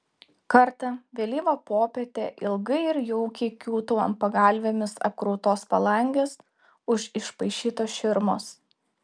kartą vėlyvą popietę ilgai ir jaukiai kiūtau ant pagalvėmis apkrautos palangės už išpaišytos širmos